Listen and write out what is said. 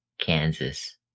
Kansas